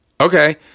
Okay